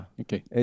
Okay